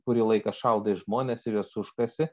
kurį laiką šaudai žmones ir juos užkasi